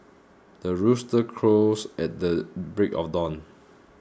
the rooster crows at the break of dawn